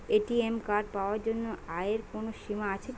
ATM card পাওয়ার জন্য আয়ের কোনো সীমা আছে কি?